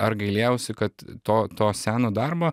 ar gailėjausi kad to to seno darbo